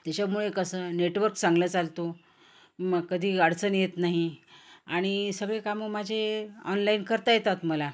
त्याच्यामुळे कसं नेटवर्क चांगला चालतो मग कधी अडचणी येत नाही आणि सगळे कामं माझे ऑनलाईन करता येतात मला